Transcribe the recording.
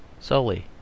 solely